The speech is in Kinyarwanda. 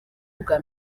ubwa